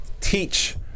teach